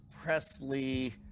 Presley